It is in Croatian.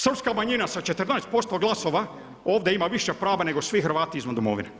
Srpska manjina sa 14% glasova, ovdje ima više prava nego svi Hrvati izvan domovine.